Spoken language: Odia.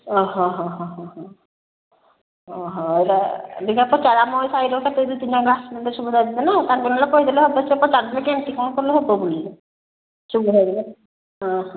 ଅ ହ ହ ହ ଅଃ ର ସାହିର କେହି ତ ଚିହ୍ନା ତାଙ୍କୁ ନ ହେଲେ କହି ଦେଲେ ହେବ କେମିତି କ'ଣ ହେବ ବୋଲି କା ଓଃ